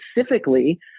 specifically